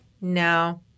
No